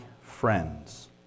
friends